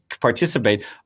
participate